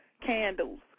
candles